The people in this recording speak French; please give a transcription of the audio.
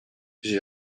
j’ai